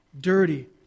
dirty